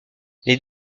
les